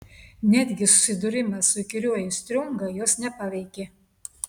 netgi susidūrimas su įkyriuoju striunga jos nepaveikė